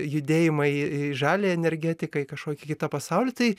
judėjimą į į žaliąją energetiką į kažkokį kitą pasaulį tai